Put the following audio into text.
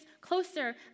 closer